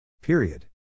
Period